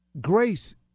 grace